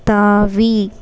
தாவி